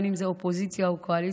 אם זה אופוזיציה ואם קואליציה,